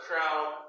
crown